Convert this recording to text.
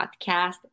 podcast